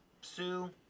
Sue